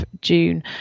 June